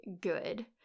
good